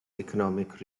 economic